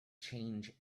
change